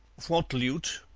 what lute?